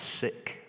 sick